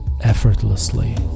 effortlessly